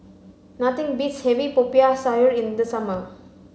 nothing beats having Popiah Sayur in the summer